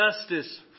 justice